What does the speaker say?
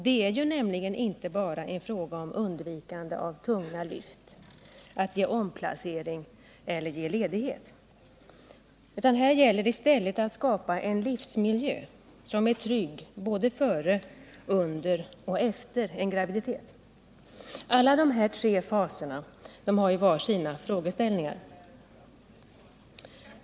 Det är nämligen inte bara en fråga om undvikande av tunga lyft, omplacering eller att ge ledighet, utan här gäller det i stället att skapa en livsmiljö som är trygg både före, under och efter en graviditet. Dessa tre faser har var och en sina frågeställningar.